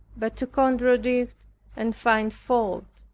but to contradict and find fault.